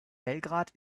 belgrad